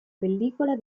pellicola